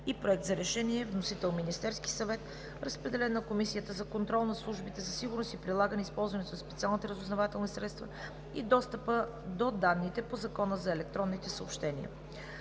и проект за решение. Вносител – Министерският съвет. Разпределен е на Комисията за контрол над службите за сигурност, прилагането и използването на специалните разузнавателни средства и достъпа до данните по Закона за електронните съобщения.